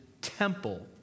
temple